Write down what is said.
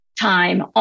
Time